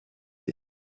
ist